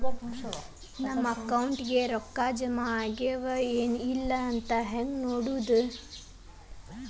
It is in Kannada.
ನಮ್ಮ ಅಕೌಂಟಿಗೆ ರೊಕ್ಕ ಜಮಾ ಆಗ್ಯಾವ ಏನ್ ಇಲ್ಲ ಅಂತ ಹೆಂಗ್ ನೋಡೋದು?